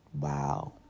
wow